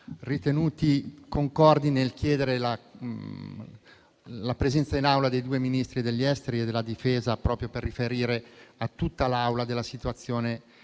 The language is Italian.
ritenuti concordi nel chiedere la presenza in Aula dei due Ministri degli affari esteri e della difesa, proprio per riferire a tutta l'Assemblea sulla situazione